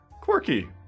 quirky